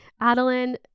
Adeline